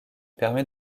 permet